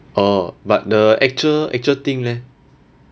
orh but the actual actual thing leh